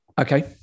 Okay